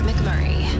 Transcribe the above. McMurray